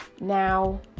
Now